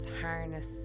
harness